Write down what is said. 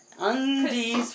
Undies